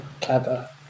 clever